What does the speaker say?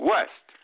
West